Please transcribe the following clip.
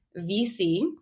VC